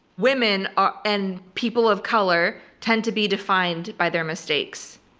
women ah and people of color tend to be defined by their mistakes.